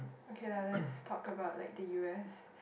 okay lah let's talk about like the U_S